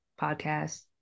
podcast